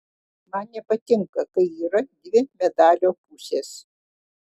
man nepatinka kai yra dvi medalio pusės